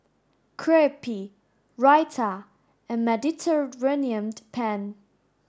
Crepe Raita and Mediterranean Penne